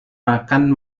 makan